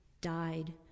died